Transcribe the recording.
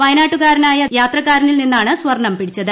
വയനാട്ടുകാർനായ യാത്രക്കാരനിൽ നിന്നാണ് സ്വർണം പിടിച്ചത്